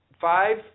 Five